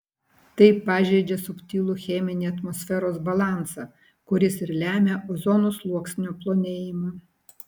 tai pažeidžia subtilų cheminį atmosferos balansą kuris ir lemia ozono sluoksnio plonėjimą